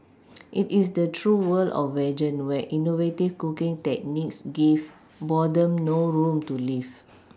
it is the true world of vegan where innovative cooking techniques give boredom no room to live